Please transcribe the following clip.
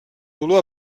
dolor